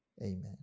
amen